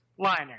liner